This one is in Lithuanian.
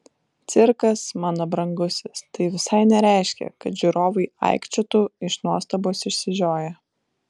cirkas mano brangusis tai visai nereiškia kad žiūrovai aikčiotų iš nuostabos išsižioję